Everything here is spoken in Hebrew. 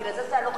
בגלל זה --- נכון.